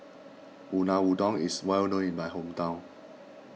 Unadon is well known in my hometown